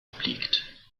obliegt